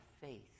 faith